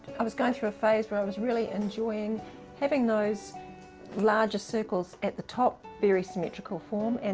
i was going through a phase were i was really enjoying having those larger circles at the top, very symmetrical form, and